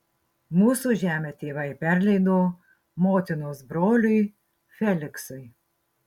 mūsų žemę tėvai perleido motinos broliui feliksui